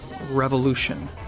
revolution